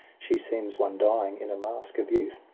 she seems one dying in a mask of youth.